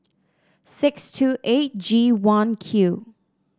six two eight G one Q